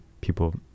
people